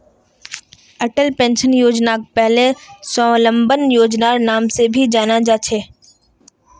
Atal pension योजनाक पहले स्वाबलंबन योजनार नाम से भी जाना जा छे